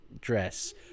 dress